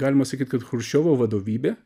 galima sakyt kad chruščiovo vadovybė